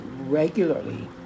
regularly